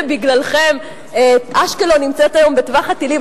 שבגללכם אשקלון נמצאת היום בטווח הטילים,